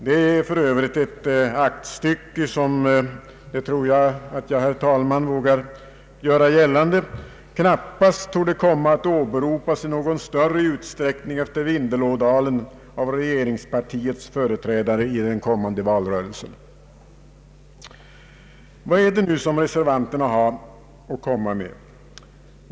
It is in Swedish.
Det är för övrigt ett aktstycke som — det tror jag, herr talman, att jag vågar göra gällande — knappast torde komma att åberopas i någon större utsträckning i Vindelådalen av regeringspartiets företrädare i den kommande valrörelsen. Vad är det nu som reservanterna har att komma med?